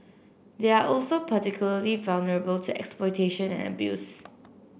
they are also particularly vulnerable to exploitation and abuse